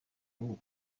vous